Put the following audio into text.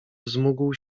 wzmógł